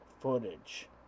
footage